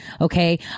okay